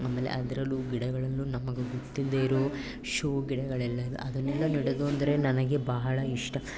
ಆಮೇಲೆ ಅದ್ರಲ್ಲೂ ಗಿಡಗಳನ್ನು ನಮಗೆ ಗೊತ್ತಿಲ್ಲದೇ ಇರೋ ಶೋ ಗಿಡಗಳೆಲ್ಲ ಅದನ್ನೆಲ್ಲ ನೆಡೋದು ಅಂದರೆ ನನಗೆ ಬಹಳ ಇಷ್ಟ